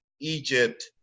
Egypt